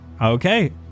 Okay